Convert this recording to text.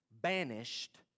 banished